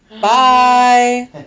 Bye